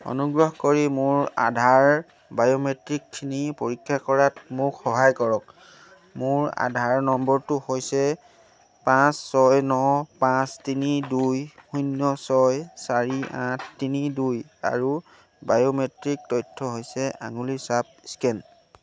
অনুগ্ৰহ কৰি মোৰ আধাৰ বায়োমেট্ৰিকখিনি পৰীক্ষা কৰাত মোক সহায় কৰক মোৰ আধাৰ নম্বৰটো হৈছে পাঁচ ছয় ন পাঁচ তিনি দুই শূন্য ছয় চাৰি আঠ তিনি দুই আৰু বায়োমেট্ৰিক তথ্য হৈছে আঙুলিৰ ছাপ স্কেন